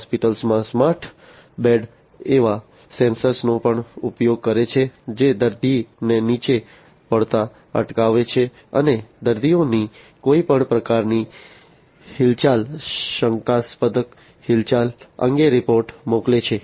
હોસ્પિટલોમાં smart bed એવા sensor નો પણ ઉપયોગ કરે છે જે દર્દીને નીચે પડતા અટકાવે છે અને દર્દીઓની કોઈપણ પ્રકારની હિલચાલ શંકાસ્પદ હિલચાલ અંગે રિપોર્ટ મોકલે છે